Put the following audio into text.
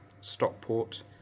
Stockport